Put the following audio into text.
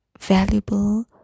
valuable